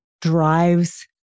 drives